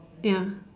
ya